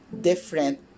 different